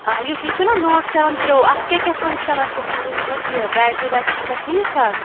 آ یُس یہِ چھُنہٕ نوٹ سیٚوَن پرو اَتھ کیٛاہ کیٛاہ فَنٛگشَنہٕ چھِ تُہۍ ؤنو تۄتہِ یہِ بیٹری بیک اپ چھُ سا ٹھیٖک ٹھاک